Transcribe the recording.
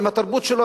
עם התרבות שלו,